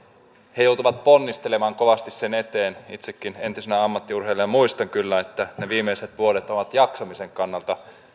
he joutuvat ponnistelemaan kovasti sen eteen itsekin entisenä ammattiurheilijana muistan kyllä että ne viimeiset vuodet ovat jaksamisen kannalta